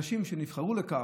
האנשים שנבחרו לכך,